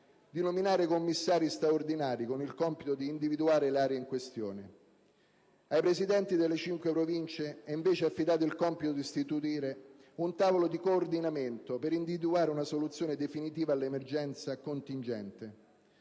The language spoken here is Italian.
di nominare commissari straordinari con il compito di individuare le aree in questione. Ai presidenti delle cinque Province è invece affidato il compito di istituire un tavolo di coordinamento per individuare una soluzione definitiva all'emergenza contingente.